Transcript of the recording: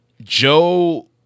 Joe